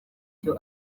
icyo